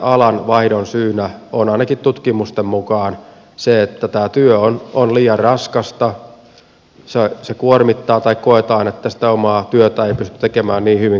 usein alanvaihdon syynä on ainakin tutkimusten mukaan se että työ on liian raskasta se kuormittaa tai koetaan että omaa työtä ei pysty tekemään niin hyvin kuin haluaisi